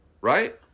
right